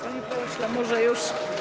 Panie pośle, może już.